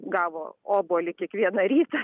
gavo obuolį kiekvieną rytą